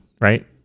right